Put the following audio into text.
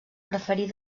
preferir